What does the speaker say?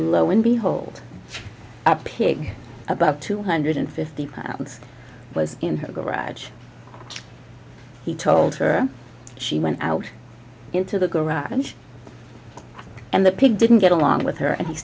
lo and behold a pig about two hundred fifty pounds was in her garage he told her she went out into the garage and the pig didn't get along with her and he